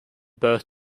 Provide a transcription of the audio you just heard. birth